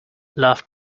love